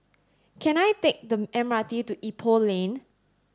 can I take the M R T to Ipoh Lane